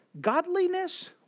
Godliness